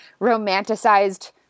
romanticized